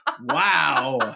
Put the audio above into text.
Wow